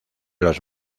los